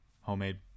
Homemade